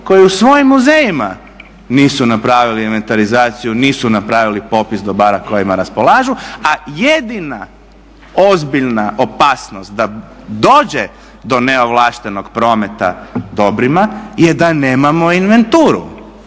koji u svojim muzejima nisu napravili inventarizaciju, nisu napravili popis dobara kojima raspolažu, a jedina ozbiljna opasnost da dođe do neovlaštenog prometa dobrima je da nemamo inventuru,